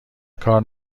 کار